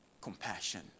compassion